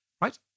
right